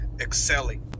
excelling